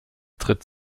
tritt